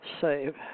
Save